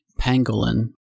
Pangolin